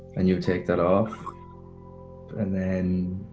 and you take that off and then